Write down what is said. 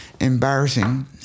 Embarrassing